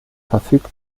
verfügt